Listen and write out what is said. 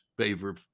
favor